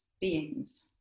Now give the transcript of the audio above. beings